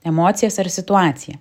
emocijas ar situaciją